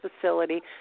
facility